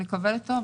נקווה לטוב.